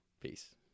Peace